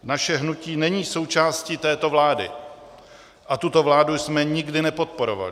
Naše hnutí není součástí této vlády a tuto vládu jsme nikdy nepodporovali.